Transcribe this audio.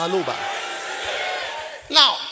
Now